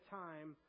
time